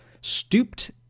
stooped